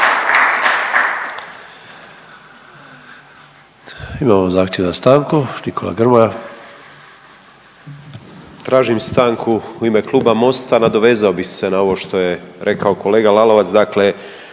Grmoja. **Grmoja, Nikola (MOST)** Tražim stanku u ime Kluba Mosta, nadovezao bih se na ovo što je rekao kolega Lalovac,